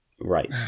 right